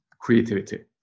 creativity